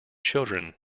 children